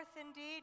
indeed